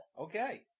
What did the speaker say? Okay